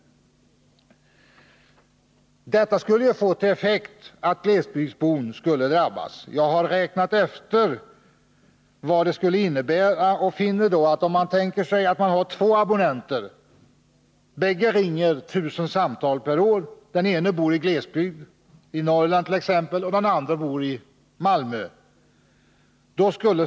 Jag har räknat efter vad utredningens förslag skulle innebära, och det skulle få den effekten att glesbygdsborna drabbas. Vi kan tänka oss två abonnenter som båda ringer 1 000 samtal per år. Den ena bor i glesbygden, t.ex. i Norrland, och den andra i Malmö.